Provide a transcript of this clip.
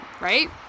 right